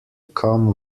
come